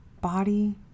body